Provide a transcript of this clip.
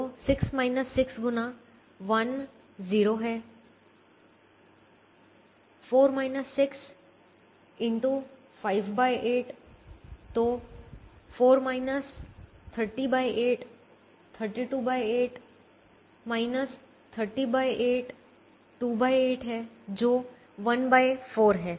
तो 6 6 गुना 1 0 है 4 6 x 58 तो 4 308 328 308 28 है जो 14 है